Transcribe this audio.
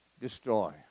destroy